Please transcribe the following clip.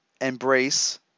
embrace